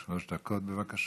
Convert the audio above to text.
שלוש דקות, בבקשה.